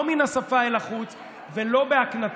לא מן השפה אל החוץ ולא בהקנטה,